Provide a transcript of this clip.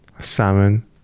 salmon